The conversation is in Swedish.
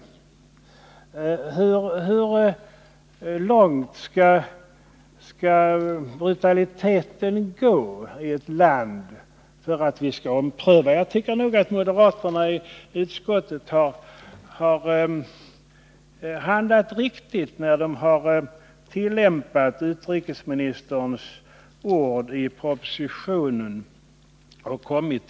Hur långt skall brutaliteten gå i ett land för att vi skall ompröva biståndet? Jag tycker nog att moderaterna i utskottet har handlat riktigt, när de har följt utrikesministerns ord i propositionen.